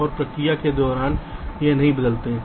और प्रक्रिया के दौरान यह नहीं बदलते है